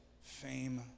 fame